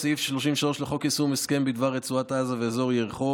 43. סעיף 33 לחוק יישום הסכם בדבר רצועת עזה ואזור יריחו